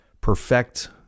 perfect